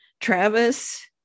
Travis